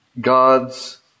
God's